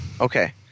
Okay